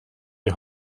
die